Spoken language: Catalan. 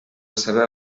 seua